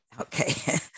Okay